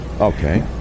Okay